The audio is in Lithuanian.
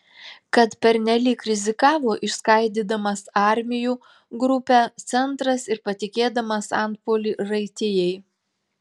kad pernelyg rizikavo išskaidydamas armijų grupę centras ir patikėdamas antpuolį raitijai